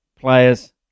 players